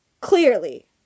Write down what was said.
Clearly